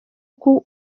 uko